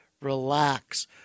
relax